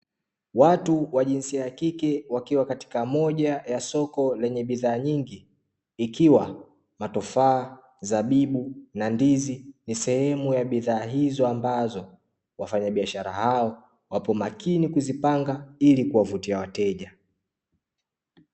Watu wa jinsia ya kike wakiwa katika moja ya soko lenye bidhaa nyingi ikiwa matofaa, zabibu na ndizi ni sehemu ya bidhaa hizo ambazo wafanyabiashara hao wapo makini kuzipanga ili kuwavutia wateja.